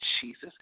Jesus